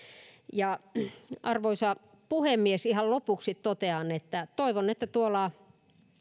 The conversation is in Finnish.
arvoisa puhemies ihan lopuksi totean että toivon että tuolla